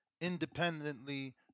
independently